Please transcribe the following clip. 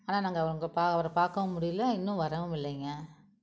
ஆனால் நாங்கள் அவங்க அவரை பார்க்கவும் முடியலை இன்னும் வரவும் இல்லைங்க